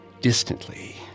Distantly